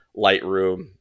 Lightroom